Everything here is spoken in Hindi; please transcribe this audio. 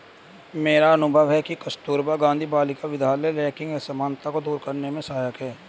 मेरा अनुभव है कि कस्तूरबा गांधी बालिका विद्यालय लैंगिक असमानता को दूर करने में सहायक है